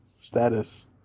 status